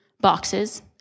boxes